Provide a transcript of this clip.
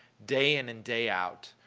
day in and day out,